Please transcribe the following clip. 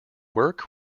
work